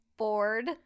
Bored